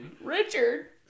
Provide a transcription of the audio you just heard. Richard